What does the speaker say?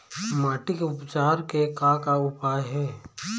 माटी के उपचार के का का उपाय हे?